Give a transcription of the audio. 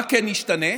מה כן ישתנה?